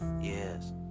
Yes